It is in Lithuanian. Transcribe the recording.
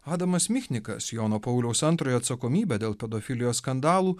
adamas michnikas jono pauliaus antrojo atsakomybę dėl pedofilijos skandalų